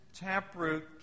taproot